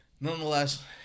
nonetheless